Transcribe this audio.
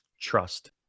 trust